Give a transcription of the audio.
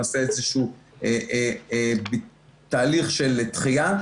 נעשה איזשהו תהליך של דחייה.